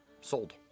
sold